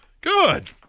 Good